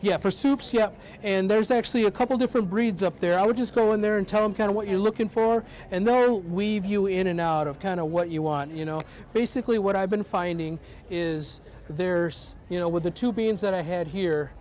yeah and there's actually a couple different breeds up there i would just go in there and tell them kind of what you're looking for and they're we've you in and out of kind of what you want you know basically what i've been finding is there's you know with the two beans that ahead here